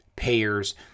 payers